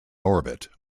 orbit